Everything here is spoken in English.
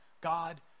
God